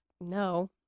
no